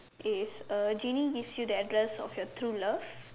if a genie gives you the address of your true love